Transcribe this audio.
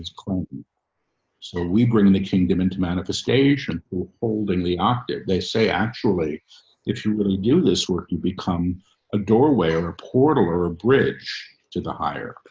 and so we bring in the kingdom into manifestation, holding the octave. they say, actually if you really do this work, you become a doorway over portal or a bridge to the higher,